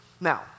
Now